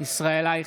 ישראל אייכלר,